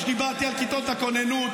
כשדיברתי על כיתות הכוננות,